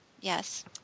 yes